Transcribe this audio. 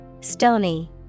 Stony